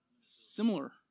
Similar